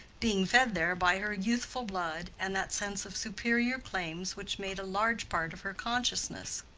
being fed there by her youthful blood and that sense of superior claims which made a large part of her consciousness.